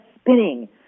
spinning